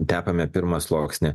tepame pirmą sluoksnį